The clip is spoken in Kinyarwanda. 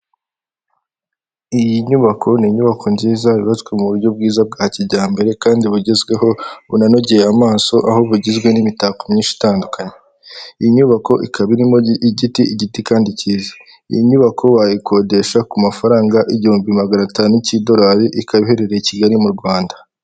Iyi nyubako ni inyubako nziza yubatswe mu buryo bwiza bwa kijyambere kandi bugezweho bunanogeye amaso, aho bugizwe n'imitako myinshi itandukanye, iyi nyubako ikaba irimo igiti igiti kandi kiza, iyi nyubako wayikodesha ku mafaranga igihumbi magana atanu cy'idorari, ikaba iherereye i Kigali mu Rwanda.